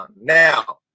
Now